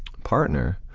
partner,